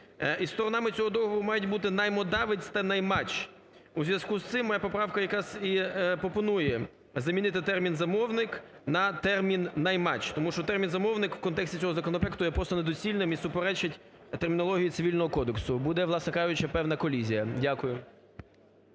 і сторонами цього договору мають бути наймодавець та наймач. У зв'язку з цим моя поправка якраз і пропоную замінити термін "замовник" на термін "наймач", тому що термін "замовник" у контексті цього законопроекту є просто недоцільним і суперечить термінології Цивільного кодексу. Буде, власне кажучи, певна колізія. Дякую.